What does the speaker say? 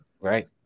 Right